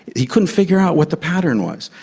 he couldn't figure out what the pattern was.